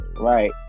Right